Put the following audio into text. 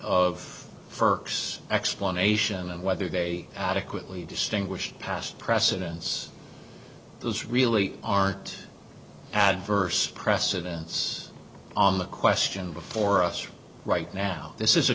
firsts explanation and whether they adequately distinguished past precedents those really aren't adverse precedents on the question before us right now this is a